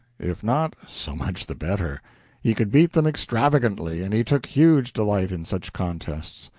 if not, so much the better he could beat them extravagantly, and he took huge delight in such contests.